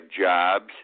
jobs